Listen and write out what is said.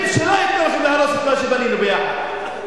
שלא יצליחו להרוס את מה שבנינו ביחד.